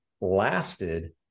lasted